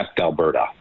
Alberta